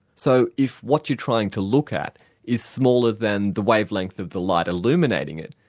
so if what you're trying to look at is smaller than the wavelength of the light illuminating it,